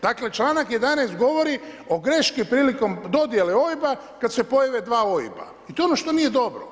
Dakle članak 11. govori o greški prilikom dodjele OIB-a kada se pojave dva OIB-a i to je ono što nije dobro.